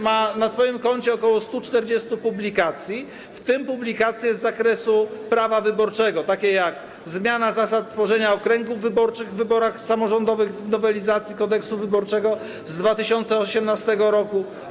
Ma na swoim koncie ok. 140 publikacji, w tym publikacje z zakresu prawa wyborczego, takie jak „Zmiana zasad tworzenia okręgów wyborczych w wyborach samorządowych w nowelizacji Kodeksu wyborczego z 2018 r.